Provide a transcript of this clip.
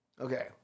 Okay